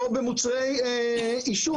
לא במוצרי עישון.